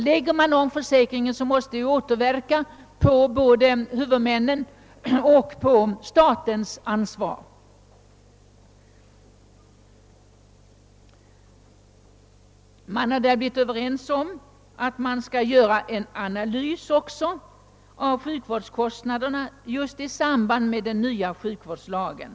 Läggs försäkringen om, måste det ju återverka på både huvudmännens och statens ansvar. Man har blivit överens om att också göra en analys av sjukvårdskostnaderna just i samband med den nya sjukvårdslagen.